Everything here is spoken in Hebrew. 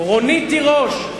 רונית תירוש,